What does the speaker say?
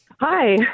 Hi